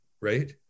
right